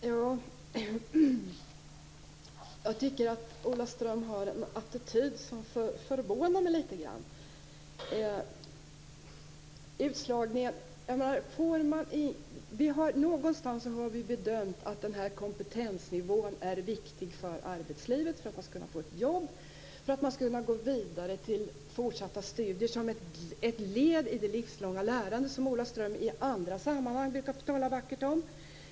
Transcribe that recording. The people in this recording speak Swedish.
Fru talman! Jag tycker att Ola Ström har en attityd som förvånar mig litet grand. Vi har bedömt att den här kompetensnivån är viktig för arbetslivet, för att man skall kunna få ett jobb eller gå vidare till fortsatta studier som ett led i det livslånga lärandet, som Ola Ström i andra sammanhang brukar tala vackert om.